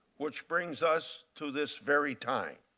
which brings us to this very time.